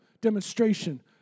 demonstration